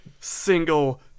single